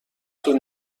طول